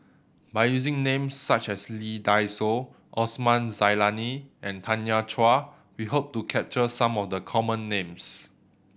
by using names such as Lee Dai Soh Osman Zailani and Tanya Chua we hope to capture some of the common names